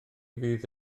fydd